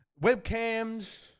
webcams